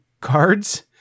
cards